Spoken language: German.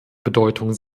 bedeutung